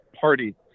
party